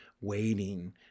waiting